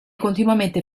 continuamente